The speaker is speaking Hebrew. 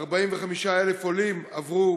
45,000 עולים עברו